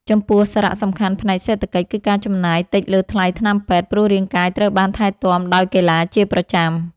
ចំពោះសារៈសំខាន់ផ្នែកសេដ្ឋកិច្ច គឺការចំណាយតិចលើថ្លៃថ្នាំពេទ្យ ព្រោះរាងកាយត្រូវបានថែទាំដោយកីឡាជាប្រចាំ។